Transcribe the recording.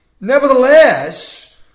Nevertheless